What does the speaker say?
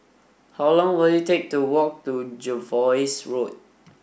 how long will it take to walk to Jervois Road